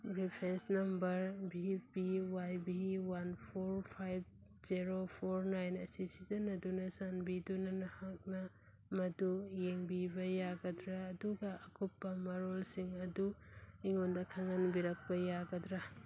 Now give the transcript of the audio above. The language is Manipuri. reference number V P Y V one four five zero four nine ꯑꯁꯤ ꯁꯤꯖꯤꯟꯅꯗꯨꯅ ꯆꯥꯟꯕꯤꯗꯨꯅ ꯅꯍꯥꯛꯅ ꯃꯗꯨ ꯌꯦꯡꯕꯤꯕ ꯌꯥꯒꯗ꯭ꯔꯥ ꯑꯗꯨꯒ ꯑꯀꯨꯞꯄ ꯃꯔꯣꯜꯁꯤꯡ ꯑꯗꯨ ꯑꯩꯉꯣꯟꯗ ꯈꯪꯍꯟꯕꯤꯔꯛꯄ ꯌꯥꯒꯗ꯭ꯔꯥ